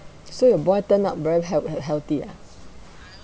so your boy turned out very health~ health~ healthy ah